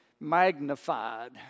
magnified